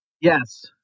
Yes